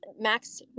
Max